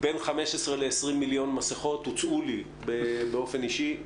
בין 15 ל-20 מיליון מסכות, הוצעו לי באופן אישי.